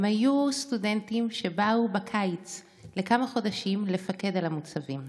הם היו סטודנטים שבאו בקיץ לכמה חודשים לפקד על המוצבים.